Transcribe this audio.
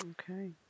Okay